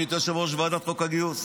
מינית יושב-ראש ועדה לחוק הגיוס.